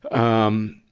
um,